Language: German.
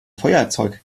feuerzeug